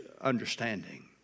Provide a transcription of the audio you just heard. understanding